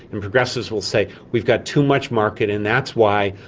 and progressives will say we've got too much market and that's why,